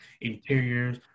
interiors